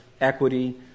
equity